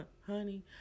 honey